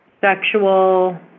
sexual